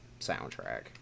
soundtrack